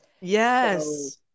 Yes